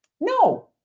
no